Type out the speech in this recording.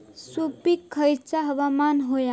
सुपरिक खयचा हवामान होया?